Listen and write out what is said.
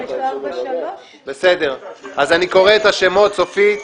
אז אני קורא את השמות סופית,